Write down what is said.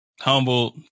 Humble